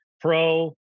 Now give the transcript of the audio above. Pro